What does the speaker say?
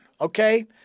okay